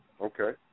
Okay